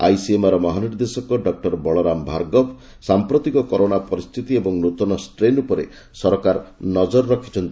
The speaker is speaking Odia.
ଆଇସିଏମ୍ଆର୍ର ମହାନିର୍ଦ୍ଦେଶକ ଡକ୍କର ବଳରାମ ଭାର୍ଗବ ସାମ୍ପ୍ରତିକ କରୋନା ପରିସ୍ଥିତି ଏବଂ ନୂତନ ଷ୍ଟ୍ରେନ୍ ଉପରେ ସରକାର ନଜର ରଖିଛନ୍ତି